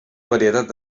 varietat